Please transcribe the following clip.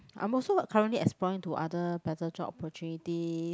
I'm also currently exploring into other better job opportunities